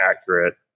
accurate